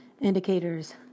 indicators